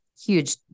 huge